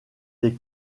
des